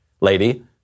lady